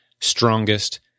strongest